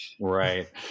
Right